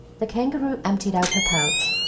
the kangaroo emptied out her pouch,